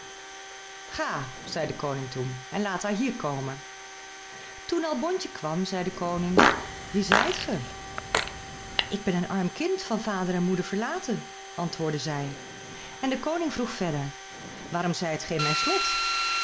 ga zei de koning toen en laat haar hier komen toen albontje kwam zei de koning wie zijt ge ik ben een arm kind van vader en moeder verlaten antwoordde zij en de koning vroeg verder waarom zijt ge in mijn slot